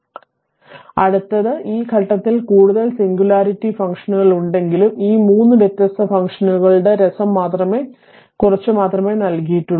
അതിനാൽ അടുത്തത് അതിനാൽ ഈ ഘട്ടത്തിൽ കൂടുതൽ സിംഗുലാരിറ്റി ഫംഗ്ഷനുകൾ ഉണ്ടെങ്കിലും ഈ 3 വ്യത്യസ്ത ഫംഗ്ഷനുകളുടെ രസം കുറച്ച് മാത്രമേ നൽകിയിട്ടുള്ളൂ